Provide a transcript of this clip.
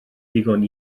ddigon